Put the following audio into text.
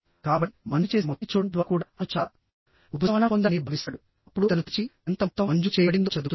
కాబట్టి మంజూరు చేసిన మొత్తాన్ని చూడటం ద్వారా కూడా అతను చాలా ఉపశమనం పొందాడని భావిస్తాడు అప్పుడు అతను తెరిచి ఎంత మొత్తం మంజూరు చేయబడిందో చదువుతుంది